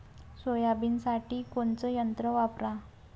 सोयाबीनसाठी कोनचं यंत्र वापरा?